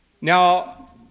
Now